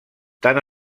tant